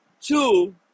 Two